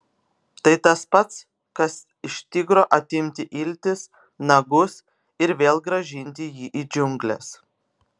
tai tas pats kas iš tigro atimti iltis nagus ir vėl grąžinti jį į džiungles